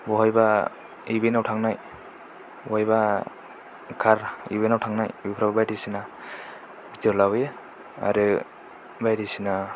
बहाबा इभेन्टआव थांनाय बहाबा कार इभेन्टआव थांनाय बेफोराव बायदिसिना भिडिय' लाबोयो आरो बायदिसिना